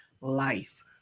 life